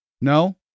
No